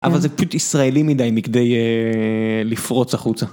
אבל זה פשוט ישראלי מדי מכדי לפרוץ החוצה.